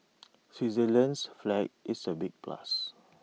Switzerland's flag is A big plus